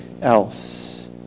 else